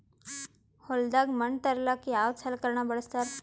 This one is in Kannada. ಹೊಲದಾಗ ಮಣ್ ತರಲಾಕ ಯಾವದ ಸಲಕರಣ ಬಳಸತಾರ?